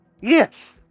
Yes